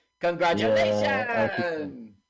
Congratulations